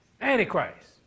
Antichrist